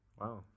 Wow